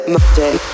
Monday